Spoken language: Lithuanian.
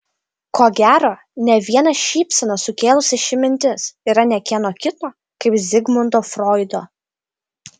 ko gero ne vieną šypseną sukėlusi ši mintis yra ne kieno kito kaip zigmundo froido